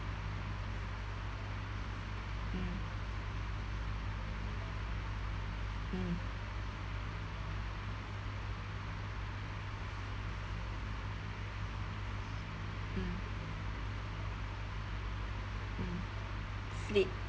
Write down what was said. mm mm mm mm flip